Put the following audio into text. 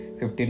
15